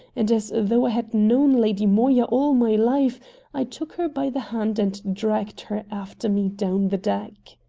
and as though i had known lady moya all my life i took her by the hand and dragged her after me down the deck.